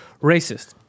Racist